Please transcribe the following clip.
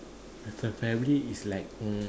my family is like mm